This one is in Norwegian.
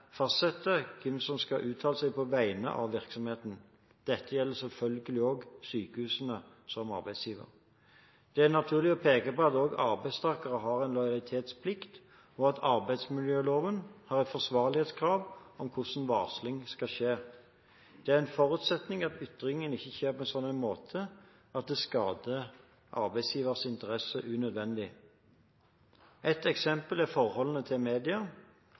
fastsette hvem som skal uttale seg på vegne av virksomheten. Dette gjelder selvfølgelig også sykehusene som arbeidsgiver. Det er naturlig å peke på at også arbeidstakere har en lojalitetsplikt, og at arbeidsmiljøloven har et forsvarlighetskrav om hvordan varsling skal skje. Det er en forutsetning at ytringene ikke skjer på en slik måte at det skader arbeidsgivers interesser unødvendig. Et eksempel er forholdet til